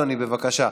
אדוני, בבקשה.